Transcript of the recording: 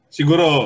Siguro